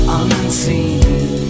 unseen